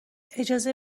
اجازه